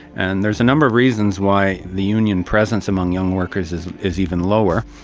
and there's a number of reasons why the union presence among young workers is is even lower.